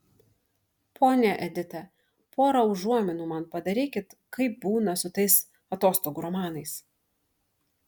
ponia edita pora užuominų man padarykit kaip būna su tais atostogų romanais